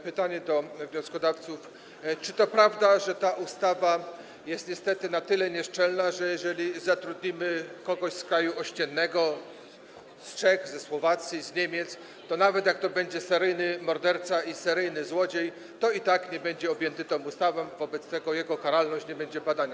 Pytanie do wnioskodawców: Czy to prawda, że ta ustawa jest niestety na tyle nieszczelna, że jeżeli zatrudnimy kogoś z kraju ościennego - z Czech, ze Słowacji, z Niemiec - to nawet jak to będzie seryjny morderca i seryjny złodziej, to i tak nie będzie on objęty tą ustawą, wobec tego jego karalność nie będzie badana?